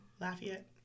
Lafayette